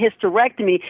hysterectomy